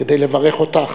כדי לברך אותך.